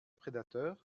prédateurs